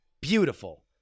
beautiful